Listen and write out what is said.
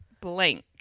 blank